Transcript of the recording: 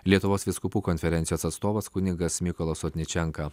lietuvos vyskupų konferencijos atstovas kunigas mykolas sotničenka